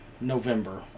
November